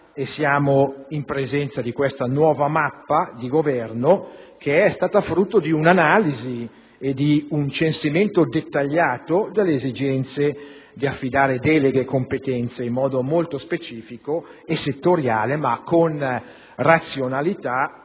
e siamo in presenza di una nuova mappa di Governo, frutto di una analisi e di un censimento dettagliato delle esigenze di affidare deleghe e competenze in modo specifico e settoriale ma con razionalità,